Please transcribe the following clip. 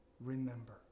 Remember